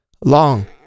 long